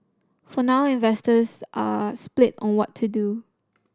for now investors are split on what to do